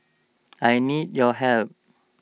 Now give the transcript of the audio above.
I need your help